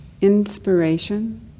inspiration